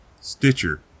Stitcher